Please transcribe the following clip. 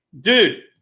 Dude